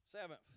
Seventh